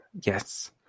Yes